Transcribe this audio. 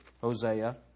Hosea